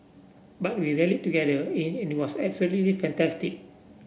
but we rallied together in it was absolutely fantastic